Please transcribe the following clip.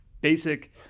basic